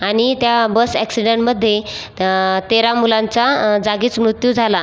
आणि त्या बस ॲक्सिडेंटमध्ये तेरा मुलांचा जागीच मृत्यू झाला